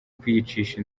kwiyicisha